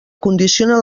condicionen